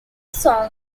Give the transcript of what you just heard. song